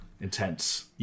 Intense